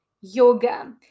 yoga